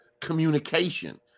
communication